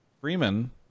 Freeman